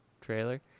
trailer